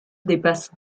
dépasse